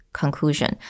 conclusion